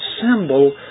symbol